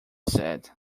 said